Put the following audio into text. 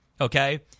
Okay